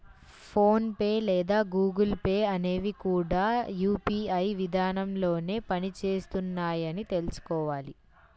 phone pay లేదా Google pay అనేవి కూడా యూ.పీ.ఐ విధానంలోనే పని చేస్తున్నాయని తెల్సుకోవాలి